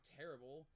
terrible